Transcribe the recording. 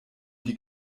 die